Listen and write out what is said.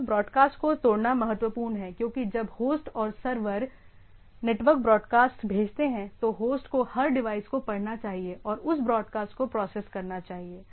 network broadcast को तोड़ना महत्वपूर्ण है क्योंकि जब होस्ट और सर्वर नेटवर्क ब्रॉडकास्ट भेजते हैं तो होस्ट को हर डिवाइस को पढ़ना चाहिए और उस ब्रॉडकास्ट को प्रोसेस करना चाहिए